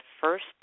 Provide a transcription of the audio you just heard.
first